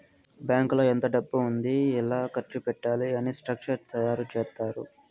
బ్యాంకులో ఎంత డబ్బు ఉంది ఎలా ఖర్చు పెట్టాలి అని స్ట్రక్చర్ తయారు చేత్తారు